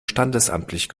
standesamtlich